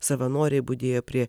savanoriai budėjo prie